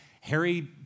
Harry